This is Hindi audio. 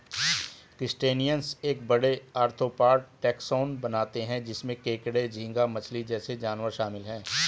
क्रस्टेशियंस एक बड़े, आर्थ्रोपॉड टैक्सोन बनाते हैं जिसमें केकड़े, झींगा मछली जैसे जानवर शामिल हैं